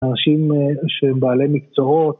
אנשים שבעלי מקצועות